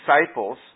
Disciples